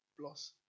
plus